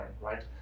right